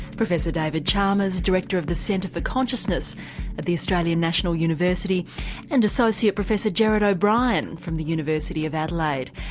professor david chalmers director of the centre for consciousness at the australian national university and associate professor gerard o'brien from the university of adelaide.